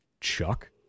Chuck